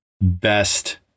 best